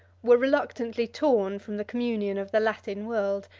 were reluctantly torn from the communion of the latin world,